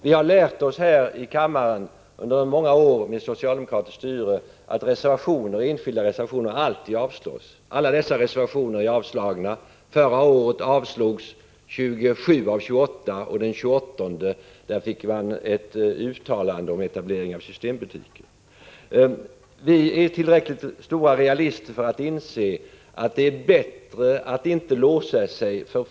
Vi har lärt oss här i kammaren under många år med socialdemokratiskt styre att enskilda reservationer alltid avslås. Förra året avslogs 27 reservationer av 28, och när det gällde den tjugoåttonde blev det ett uttalande om etablering av systembutiker. Vi är tillräckligt mycket realister för att inse att det är bättre att inte låsa sig.